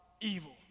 evil